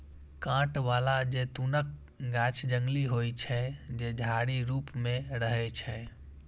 कांट बला जैतूनक गाछ जंगली होइ छै, जे झाड़ी रूप मे रहै छै